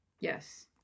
yes